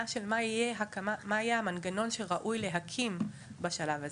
של מה יהיה המנגנון שראוי להקים בשלב הזה.